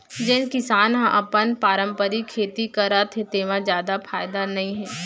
जेन किसान ह अपन पारंपरिक खेती करत हे तेमा जादा फायदा नइ हे